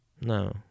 No